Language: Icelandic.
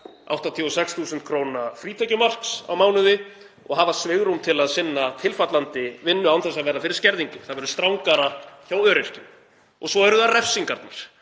86.000 kr. frítekjumarks á mánuði og hafa svigrúm til að sinna tilfallandi vinnu án þess að verða fyrir skerðingum. Það verður strangara hjá öryrkjum. Svo eru það refsingarnar.